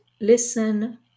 listen